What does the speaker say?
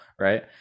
Right